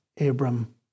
Abram